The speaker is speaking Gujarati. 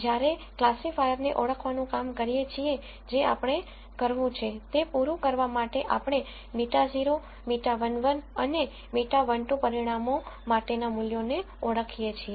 જ્યારે ક્લાસિફાયર ને ઓળખવાનું કામ કરીએ છીએ જે આપણે કરવું છે તે પૂરું કરવા માટે આપણે β0 β11 અને β12 પરિમાણો માટેના મૂલ્યોને ઓળખીએ છીએ